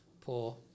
Poor